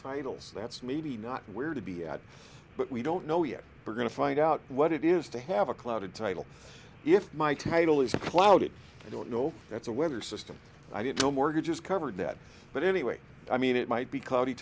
titles that's maybe not where to be at but we don't know yet we're going to find out what it is to have a clouded title if my title is clouded i don't know that's a weather system i didn't know mortgages covered that but anyway i mean it might be cloudy